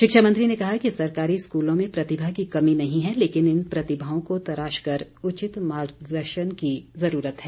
शिक्षा मंत्री ने कहा कि सरकारी स्कूलों में प्रतिभा की कमी नहीं है लेकिन इन प्रतिभाओं को तराशकर उचित मार्गदर्शन की ज़रूरत है